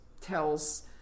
tells